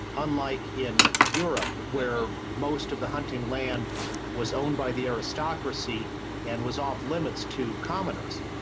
unlike in europe where most of the hunting land was owned by the aristocracy and was off limits to commoners,